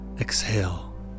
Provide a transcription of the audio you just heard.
exhale